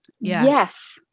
Yes